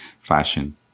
fashion